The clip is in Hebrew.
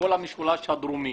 כל המשולה הדרומי,